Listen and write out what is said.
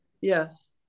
yes